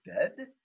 Dead